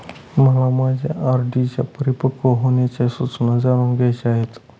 मला माझ्या आर.डी च्या परिपक्व होण्याच्या सूचना जाणून घ्यायच्या आहेत